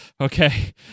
Okay